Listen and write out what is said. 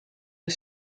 een